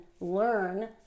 learn